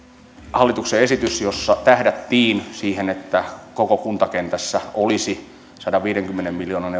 hallituksen esitys jossa tähdättiin siihen että koko kuntakentässä olisi sadanviidenkymmenen